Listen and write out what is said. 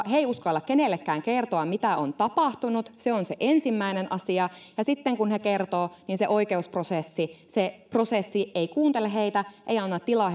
he eivät uskalla kenellekään kertoa mitä on tapahtunut se on se ensimmäinen asia ja sitten kun he kertovat niin se oikeusprosessi se prosessi ei kuuntele heitä ei anna tilaa